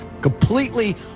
Completely